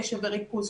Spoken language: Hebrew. קשב וריכוז,